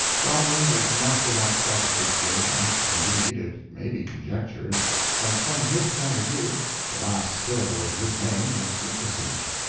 godwin was not without self-appreciation indeed, it may be conjectured that from his point of view the last syllable of his name was surplusage.